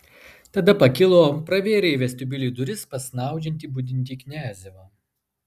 tada pakilo pravėrė į vestibiulį duris pas snaudžiantį budintį kniazevą